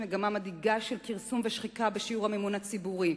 מגמה מדאיגה של כרסום ושחיקה בשיעור המימון הציבורי.